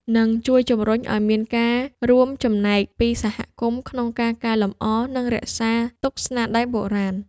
និងជួយជំរុញឲ្យមានការរួមចំណែកពីសហគមន៍ក្នុងការកែលម្អ និងរក្សាទុកស្នាដៃបុរាណ។